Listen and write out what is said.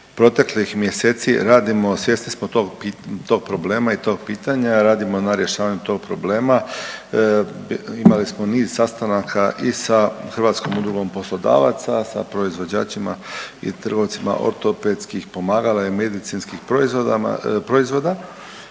Proteklih mjeseci radimo svjesni smo tog problema i tog problema, radimo na rješavanju tog problema. Imali smo niz sastanaka i sa Hrvatskom udrugom poslodavaca, sa proizvođačima i trgovcima ortopedskih pomagala i medicinskih proizvoda.